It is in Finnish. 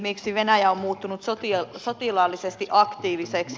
miksi venäjä on muuttunut sotilaallisesti aktiiviseksi